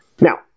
Now